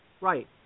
Right